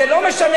זה לא משנה.